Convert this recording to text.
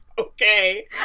okay